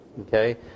Okay